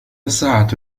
الساعة